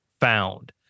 found